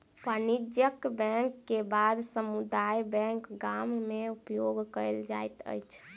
वाणिज्यक बैंक के बाद समुदाय बैंक गाम में उपयोग कयल जाइत अछि